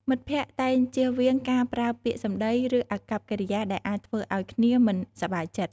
មិត្តភក្តិតែងជៀសវាងការប្រើពាក្យសម្ដី ឬអាកប្បកិរិយាដែលអាចធ្វើឲ្យគ្នាមិនសប្បាយចិត្ត។